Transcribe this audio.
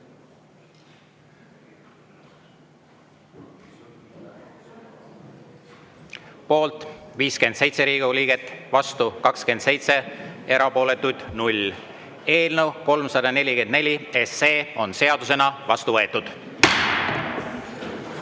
Poolt on 57 Riigikogu liiget, vastu 27, erapooletuid 0. Eelnõu 344 on seadusena vastu võetud.